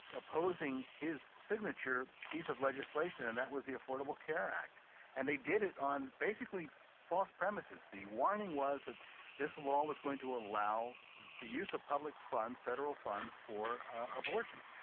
opposing his signature piece of legislation and that was the affordable care act and they did it on basically false premises. the warning was that this law was going to allow the use of public funds federal funds for abortions.